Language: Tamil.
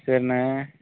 சரிண்ணே